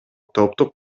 топтук